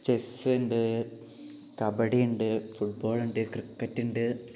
chess ഉണ്ട് കബഡി ഉണ്ട് football ഉണ്ട് ക്രിക്കറ്റ് ഉണ്ട്